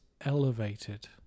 elevated